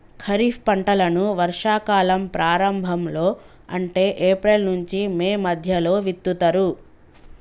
ఖరీఫ్ పంటలను వర్షా కాలం ప్రారంభం లో అంటే ఏప్రిల్ నుంచి మే మధ్యలో విత్తుతరు